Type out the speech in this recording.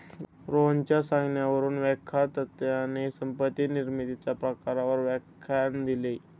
रोहनच्या सांगण्यावरून व्याख्यात्याने संपत्ती निर्मितीच्या प्रकारांवर व्याख्यान दिले